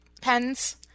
pens